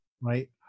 right